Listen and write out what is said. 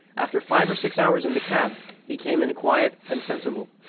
after five or six hours in the cab, he came in quiet and sensible.